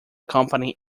company